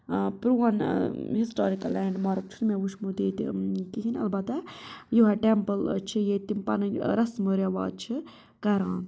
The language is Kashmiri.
پرٛون ہِسٹارِکَل لینٛڈ مارٕک چھِنہٕ مےٚ وُچھمُت ییٚتہِ کِہیٖنۍ نہٕ البتہ یوٚہَے ٹٮ۪مپٕل چھِ ییٚتہِ تِم پَنٕنۍ رَسمہٕ رٮ۪واج چھِ کَران